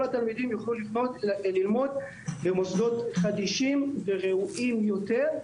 התלמידים יוכלו ללמוד במוסדות חדישים וראויים יותר.